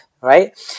right